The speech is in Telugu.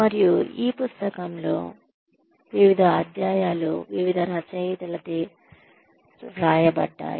మరియు ఈ పుస్తకంలో వివిధ అధ్యాయాలు వివిధ రచయితలచే వ్రాయబడ్డాయి